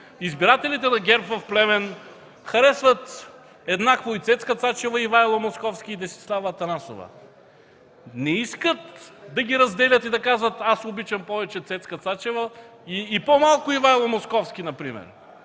Избирателите на ГЕРБ в Плевен харесват еднакво и Цецка Цачева, и Ивайло Московски, и Десислава Атанасова. Не искат да ги разделят и да казват: „Аз обичам повече Цецка Цачева и по-малко Ивайло Московски” например!